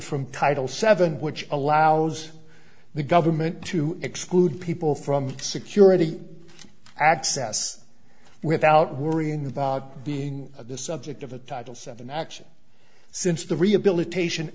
from title seven which allows the government to exclude people from security access without worrying about being of the subject of a title seven action since the rehabilitation